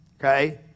Okay